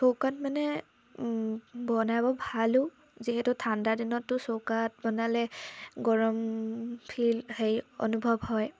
চৌকাত মানে বনাব ভালো যিহেতু ঠাণ্ডাদিনতটো চৌকাত বনালে গৰম ফিল হেৰি অনুভৱ হয়